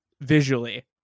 visually